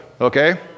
Okay